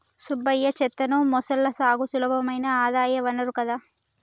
సుబ్బయ్య చేత్తున్న మొసళ్ల సాగు సులభమైన ఆదాయ వనరు కదా